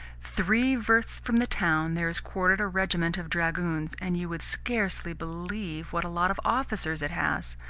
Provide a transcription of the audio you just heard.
three versts from the town there is quartered a regiment of dragoons, and you would scarcely believe what a lot of officers it has.